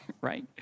right